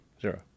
Zero